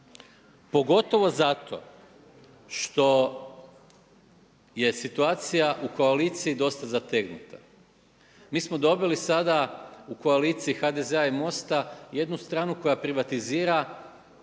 Pogotovo zato što je situacija u koaliciji dosta zategnuta. Mi smo dobili sada u koaliciji HDZ-a i MOST-a jednu stranu koja privatizira